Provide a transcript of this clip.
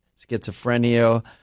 schizophrenia